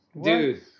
Dude